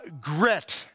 grit